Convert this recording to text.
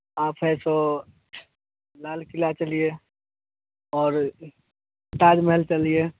आप ऐसो लाल क़िला चलिए और ताज महल चलिए